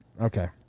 Okay